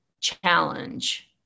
challenge